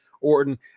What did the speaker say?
Orton